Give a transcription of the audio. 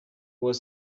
was